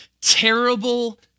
terrible